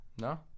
No